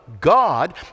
god